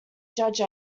judge